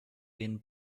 been